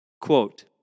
Quote